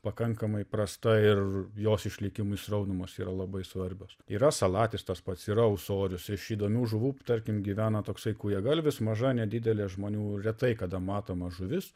pakankamai prasta ir jos išlikimui sraunumos yra labai svarbios yra salatis tas pats yra ūsorius iš įdomių žuvų tarkim gyvena toksai kūjagalvis maža nedidelė žmonių retai kada matoma žuvis